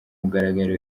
mugaragaro